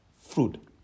fruit